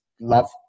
love